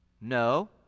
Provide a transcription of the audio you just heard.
No